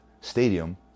stadium